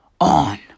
on